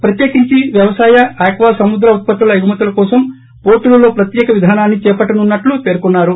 ప్రత్యేకించి వ్యవసాయ ఆక్వా సముద్ర ఉత్పత్తుల ఎగుమతుల కోసం పోర్లులలో ప్రత్యేక విధానాన్ని చేపట్లనున్నట్లు పేర్కొన్నారు